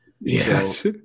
Yes